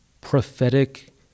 prophetic